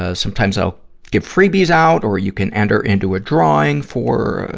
ah sometimes i'll give freebies out, or you can enter into a drawing for, ah,